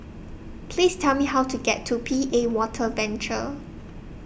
Please Tell Me How to get to P A Water Venture